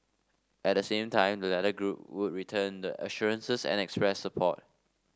at the same time the latter group would return the assurances and express support